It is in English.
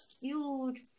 huge